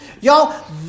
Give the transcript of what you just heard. y'all